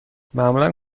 معمولا